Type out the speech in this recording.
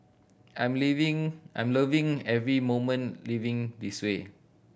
I'm living I'm loving every moment living this way